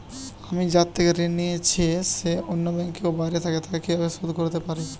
আমি যার থেকে ঋণ নিয়েছে সে অন্য ব্যাংকে ও বাইরে থাকে, তাকে কীভাবে শোধ করতে পারি?